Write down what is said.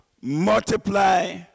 multiply